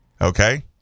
okay